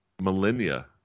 millennia